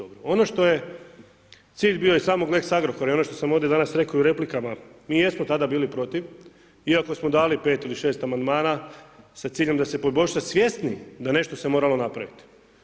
Ono što je cilj bio i samog lex Agrokora i ono što sam ovdje danas rekao i u replikama, mi jesmo tada bili protiv iako smo dali pet ili šest amandmana sa ciljem da se poboljša svjesni da se nešto moralo napraviti.